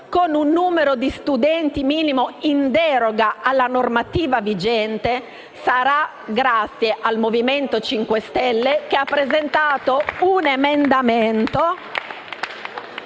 con un numero di studenti minimo in deroga alla normativa vigente, sarà grazie al Movimento 5 Stelle che ha presentato un emendamento